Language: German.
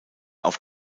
auf